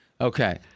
Okay